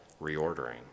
reordering